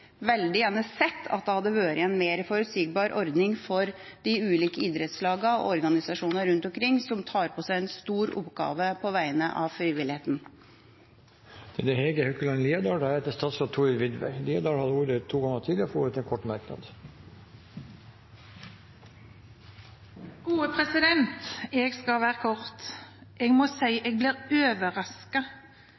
vært en mer forutsigbar ordning for de ulike idrettslagene og organisasjonene rundt omkring som tar på seg en stor oppgave på vegne av frivilligheten. Representanten Hege Haukeland Liadal har hatt ordet to ganger tidligere og får ordet til en kort merknad, begrenset til 1 minutt. Jeg skal være kort. Jeg må si at jeg blir